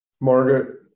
Margaret